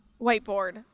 whiteboard